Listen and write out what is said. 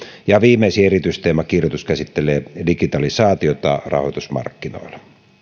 viimeisin erityisteemakirjoitus käsittelee digitalisaatiota rahoitusmarkkinoilla